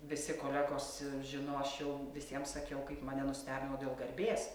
visi kolegos žino aš jau visiems sakiau kad mane nustebino dėl garbės